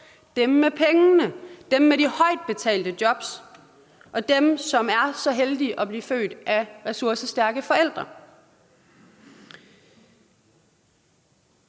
dem med pengene, dem med de højtbetalte jobs og dem, som er så heldige at blive født af ressourcestærke forældre.